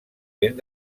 vent